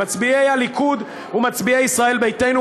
מצביעי הליכוד ומצביעי ישראל ביתנו,